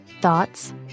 thoughts